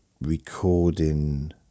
recording